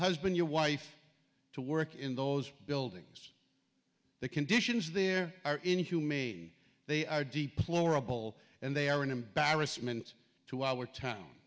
husband your wife to work in those buildings the conditions there are inhumane they are deeply orrible and they are an embarrassment to our town